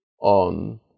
on